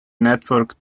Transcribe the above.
networks